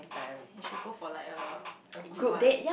you should go for like a a group one